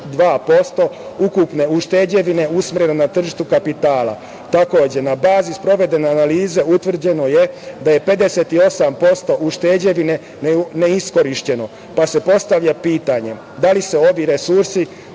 2,32% ukupne ušteđevine je usmereno na tržište kapitala. Takođe, na bazi sprovedene analize utvrđeno je da je 58% ušteđevine neiskorišćeno, pa se postavlja pitanje – da li ovi resursi